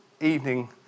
evening